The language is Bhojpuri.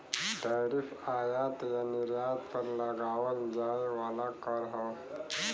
टैरिफ आयात या निर्यात पर लगावल जाये वाला कर हौ